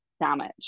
damage